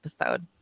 episode